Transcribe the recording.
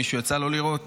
למישהו יצא לראות?